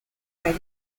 make